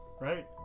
Right